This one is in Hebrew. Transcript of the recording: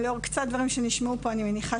לאור קצת דברים שנשמעו פה.